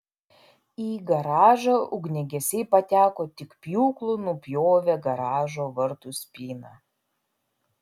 į garažą ugniagesiai pateko tik pjūklu nupjovę garažo vartų spyną